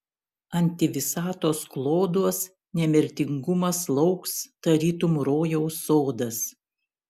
antivisatos kloduos nemirtingumas lauks tarytum rojaus sodas